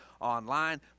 online